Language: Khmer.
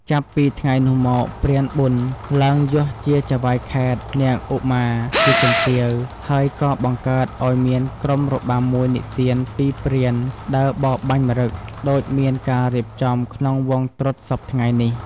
ចាប់ពី ថ្ងៃនោះមក ព្រានប៊ុនឡើងយសជាចៅហ្វាយខេត្ត នាងឧមាជាជំទាវ ហើយក៏បង្កើតឱ្យមានក្រុមរបាំមួយនិទានពីព្រានដើរបរបាញ់ម្រឹត ដូចមានការរៀបចំក្នុងវង់ត្រុដិសព្វថ្ងៃនេះ។